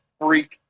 freak